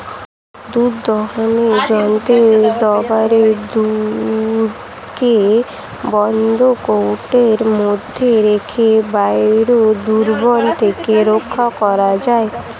দুধ দোহনের যন্ত্র দ্বারা দুধকে বন্ধ কৌটোর মধ্যে রেখে বাইরের দূষণ থেকে রক্ষা করা যায়